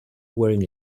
wearing